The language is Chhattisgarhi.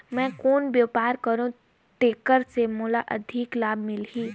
मैं कौन व्यापार करो जेकर से मोला अधिक लाभ मिलही?